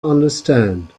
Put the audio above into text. understand